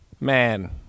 Man